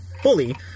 fully